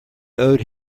owed